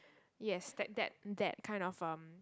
yes that that that kind of um